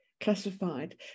classified